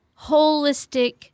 holistic